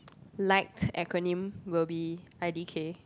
liked acronym will be i_d_k